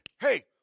hey